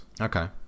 Okay